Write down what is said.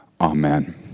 Amen